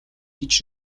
гэж